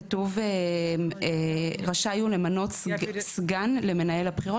כתוב רשאי הוא למנות סגן למנהל הבחירות,